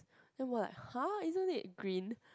then we're like !huh! isn't it green